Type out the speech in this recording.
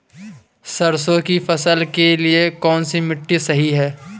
सरसों की फसल के लिए कौनसी मिट्टी सही हैं?